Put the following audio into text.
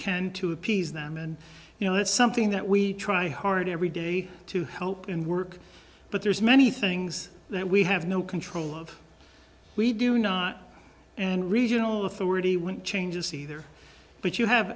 can to appease them and you know it's something that we try hard every day to help and work but there's many things that we have no control of we do not and regional authority when changes either but you have